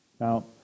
now